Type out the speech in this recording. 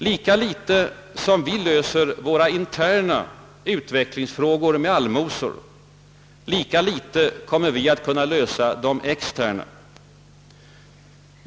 Lika litet som vi löser våra interna utvecklingsfrågor med allmosor, lika litet kommer vi att kunna lösa de externa utvecklingsfrågorna på sådant sätt.